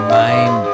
mind